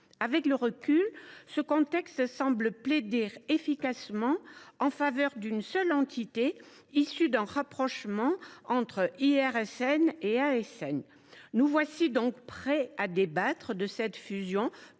Avec le recul, ce contexte semble plaider efficacement en faveur d’une seule entité, issue d’un rapprochement entre IRSN et ASN. Nous voilà donc prêts à débattre de cette fusion, un an après